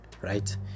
right